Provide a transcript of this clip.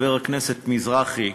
תודה לחבר הכנסת מזרחי.